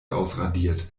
ausradiert